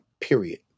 Period